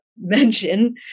mention